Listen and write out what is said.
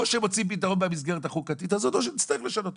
או שמוצאים פתרון במסגרת החוקתית הזאת או שנצטרך לשנות אותו.